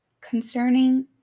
concerning